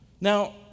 Now